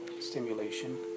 stimulation